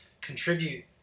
contribute